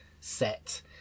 set